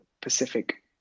Pacific